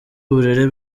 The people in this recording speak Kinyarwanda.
uburere